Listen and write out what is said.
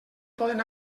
poden